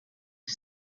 who